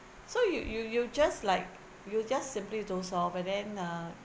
so you you you just like you'll just simply doze off but then uh